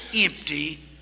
empty